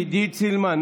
עידית סילמן,